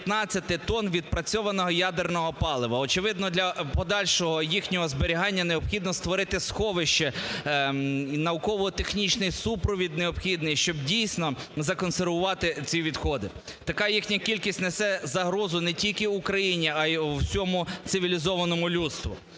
15 тонн відпрацьованого ядерного палива. Очевидно, для подальшого їхнього зберігання необхідно створити сховище. Науково-технічний супровід необхідно, щоб, дійсно, законсервувати ці відходи, така їхня кількість несе загрозу не тільки Україні, а й усьому цивілізованому людству.